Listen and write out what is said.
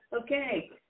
Okay